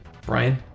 Brian